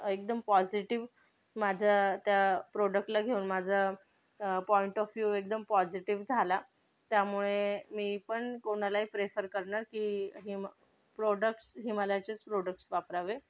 एकदम पॉझिटिव्ह माझं त्या प्रोडक्टला घेऊन माझा पॉइंट ऑफ व्ह्यू एकदम पॉझिटिव्ह झाला त्यामुळे मी पण कोणालाही प्रेफर करणार की प्रॉडक्ट्स हे हिमालयाचेच प्रॉडक्ट्स वापरावे